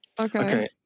Okay